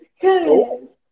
Good